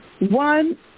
one